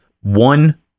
One